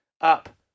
Up